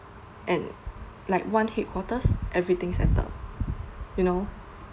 and like one headquarters everything settled